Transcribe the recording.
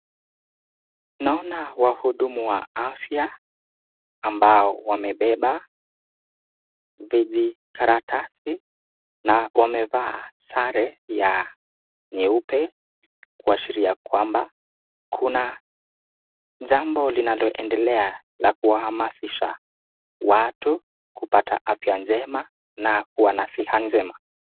Naona wahudumu wa afya ambao wamebeba vijikaratasi na wamevaa sare ya nyeupe kuashiria kwamba kuna jambo linaloendelea ya kuhamasisha watu kupata afya njema na kuwa na afya njema.